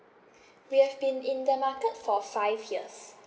we have been in the market for five years